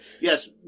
Yes